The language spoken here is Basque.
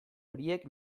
horiek